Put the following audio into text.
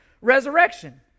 resurrection